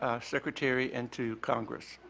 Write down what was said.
um secretary and to congress.